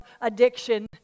addiction